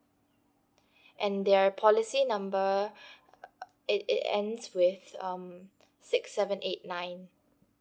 and their policy number it it ends with um six seven eight nine